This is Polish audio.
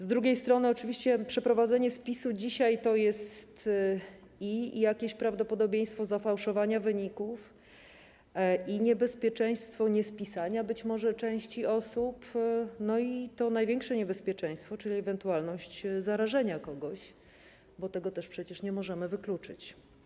Z drugiej strony oczywiście przeprowadzenie spisu dzisiaj oznacza i jakieś prawdopodobieństwo zafałszowania wyników, i niebezpieczeństwo niespisania być może części osób, i to największe niebezpieczeństwo, czyli ewentualność zarażenia kogoś, bo tego też przecież nie możemy wykluczyć.